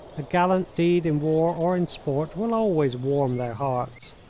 a gallant deed in war or in sport will always warm their hearts.